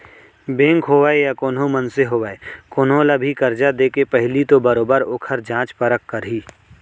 bank होवय या कोनो मनसे होवय कोनो ल भी करजा देके पहिली तो बरोबर ओखर जाँच परख करही